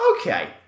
okay